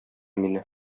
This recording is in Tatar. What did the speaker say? мине